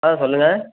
ஆ சொல்லுங்கள்